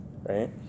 right